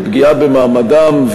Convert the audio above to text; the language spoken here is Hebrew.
לפגיעה במעמדם,